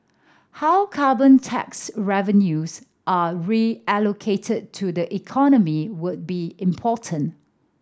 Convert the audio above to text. how carbon tax revenues are reallocated to the economy will be important